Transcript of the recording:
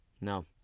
No